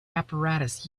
apparatus